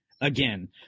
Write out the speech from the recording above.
again